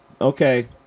Okay